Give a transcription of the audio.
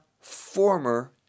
former